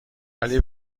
ولی